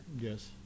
Yes